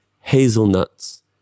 hazelnuts